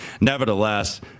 nevertheless